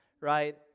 right